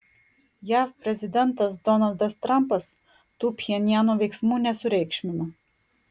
jav prezidentas donaldas trampas tų pchenjano veiksmų nesureikšmino